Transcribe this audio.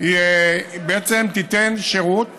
בעצם תיתן שירות